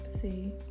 see